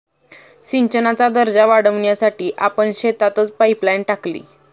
सिंचनाचा दर्जा वाढवण्यासाठी आपण शेतातच पाइपलाइन टाकली